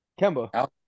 Kemba